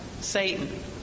Satan